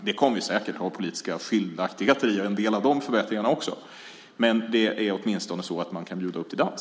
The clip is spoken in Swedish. Det kommer säkert att finnas politiska skiljaktigheter angående en del av de förbättringarna, men man kan åtminstone bjuda upp till dans!